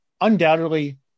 undoubtedly